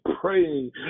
praying